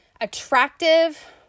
attractive